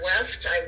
west